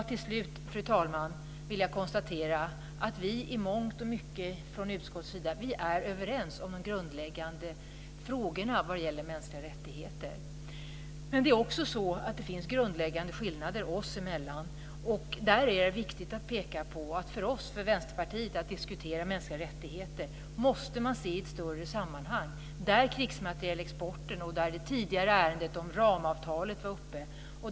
Till slut, fru talman, vill jag konstatera att vi i mångt och mycket från utskottet sida är överens om de grundläggande frågorna vad gäller mänskliga rättigheter. Men det finns också grundläggande skillnader oss emellan. Där är det viktigt att peka på att enligt oss i Vänsterpartiet så måste man se allt i ett större sammanhang när man diskuterar mänskliga rättigheter. Jag tänker på krigsmaterielexporten och det tidigare ärende som var uppe om ramavtalet.